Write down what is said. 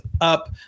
up